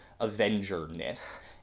avenger-ness